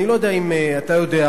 אני לא יודע אם אתה יודע,